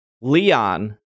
Leon